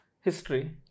History